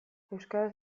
euskaraz